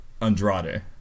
Andrade